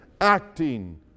acting